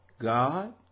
God